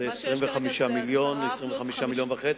מה שיש כרגע זה 25 מיליון, 25.5 מיליון.